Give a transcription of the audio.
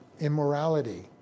immorality